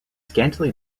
scantily